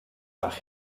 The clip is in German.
nach